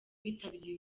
bitabiriye